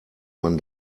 man